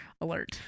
alert